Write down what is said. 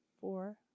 four